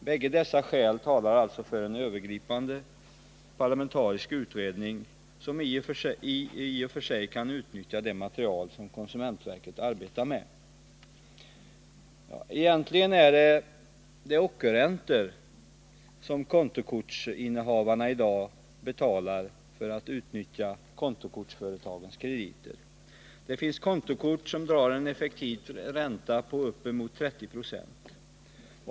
Bägge dessa skäl talar alltså för en övergripande parlamentarisk utredning, som i och för sig kan utnyttja det material som konsumentverket arbetar med. Egentligen är det ockerräntor som kontokortsinnehavarna i dag betalar för att få utnyttja kontokortsföretagens krediter. Det finns kontokort som drar en effektiv ränta på uppemot 30 26.